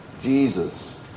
Jesus